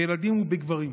בילדים ובגברים.